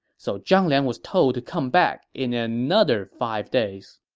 so zhang liang was told to come back in another five days.